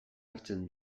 hartzen